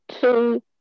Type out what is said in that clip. two